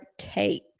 cake